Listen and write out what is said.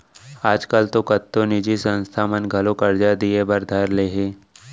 आज काल तो कतको निजी संस्था मन घलौ करजा दिये बर धर लिये हें